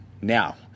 now